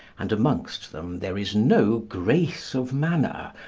and amongst them there is no grace of manner,